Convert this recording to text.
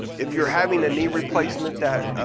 if you're having a knee replacement